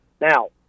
Now